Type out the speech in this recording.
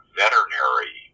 veterinary